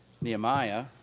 Nehemiah